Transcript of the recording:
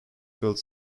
filled